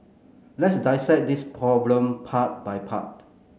let's dissect this problem part by part